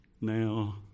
now